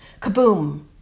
kaboom